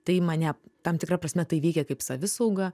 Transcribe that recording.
tai mane tam tikra prasme tai veikia kaip savisauga